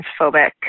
transphobic